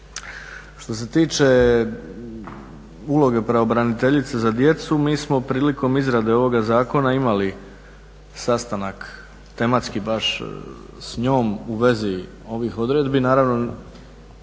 Što se tiče uloge pravobraniteljice za djecu mi smo prilikom izrade ovoga zakona imali sastanak tematski baš s njom u vezi ovih odredbi. Naravno